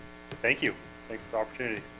thank you like opportunity